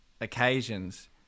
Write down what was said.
occasions